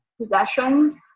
possessions